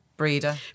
Breeder